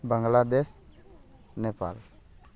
Bangladesh Nepal